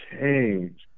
change